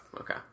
Okay